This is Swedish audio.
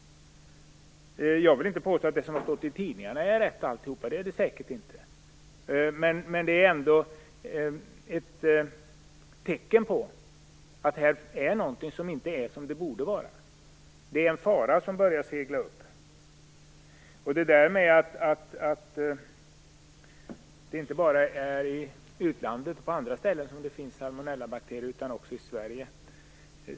Jag vill inte påstå att allt det som har stått i tidningarna är riktigt - det är det säkert inte - men det är ändå ett tecken på att någonting inte är som det borde vara. Det är en fara som börjar segla upp. Det är naturligtvis alldeles sant att salmonellabakterier finns inte bara i utlandet utan också i Sverige.